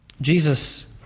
Jesus